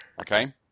Okay